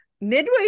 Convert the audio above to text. midway